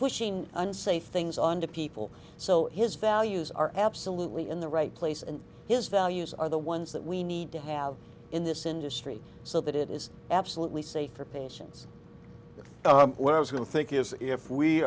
pushing unsafe things on to people so his values are absolutely in the right place and his values are the ones that we need to have in this industry so that it is absolutely safe for patients well i was going to think is if we